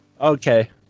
okay